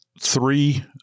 three